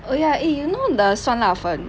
oh ya eh you know the 酸辣粉